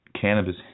cannabis